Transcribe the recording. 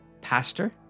pastor